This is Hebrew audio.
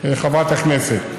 חברת הכנסת.